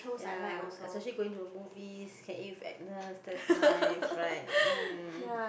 ya especially going to the movies can eat with Agnes that's nice right mm